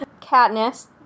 katniss